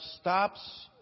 stops